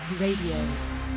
Radio